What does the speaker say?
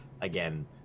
again